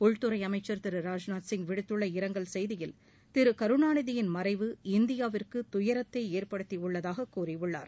உள்துறை அமைச்சர் திரு ராஜ்நாத் சிங் விடுத்துள்ள இரங்கல் செய்தியில் கருணாநிதியின் மறைவு இந்தியாவிற்கு துயரத்தை ஏற்படுத்தியுள்ளதாக கூறியுள்ளார்